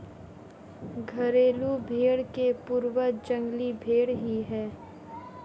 घरेलू भेंड़ के पूर्वज जंगली भेंड़ ही है